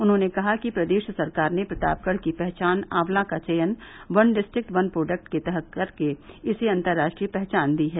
उन्होंने कहा कि प्रदेश सरकार ने प्रतापगढ़ की पहचान आंवला का चयन वन डिस्ट्रिक्ट वन प्रोडक्ट के तहत कर के इसे अन्तर्राष्ट्रीय पहचान दी है